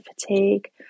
fatigue